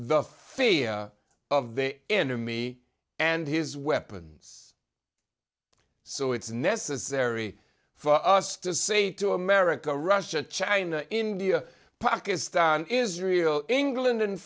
the fia of the enemy and his weapons so it's necessary for us to say to america russia china india pakistan israel england and